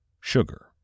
Sugar